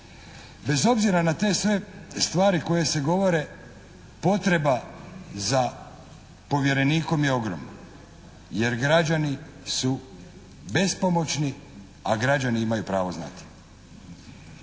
bez obzira na te sve stvari koje se govore potreba za povjerenikom je ogromna jer građani su bespomoćni a građani imaju pravo znati.